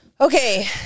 Okay